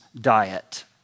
diet